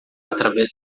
através